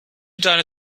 deine